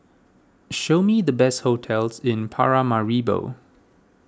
show me the best hotels in Paramaribo